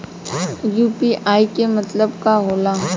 UPI के मतलब का होला?